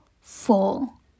full